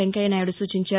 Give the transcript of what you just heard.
వెంకయ్యనాయుడు సూచించారు